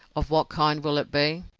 of what kind will it be?